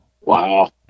Wow